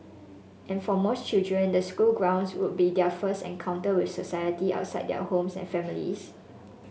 and for most children the school grounds would be their first encounter with society outside their homes and families